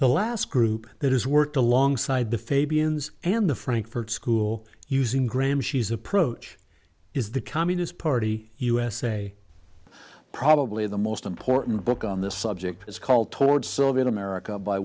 the last group that has worked alongside the fabians and the frankfurt school using gram she's approach is the communist party usa probably the most important book on this subject is called toward soviet america by